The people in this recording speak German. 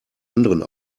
anderen